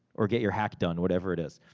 or get your hack done whatever it is.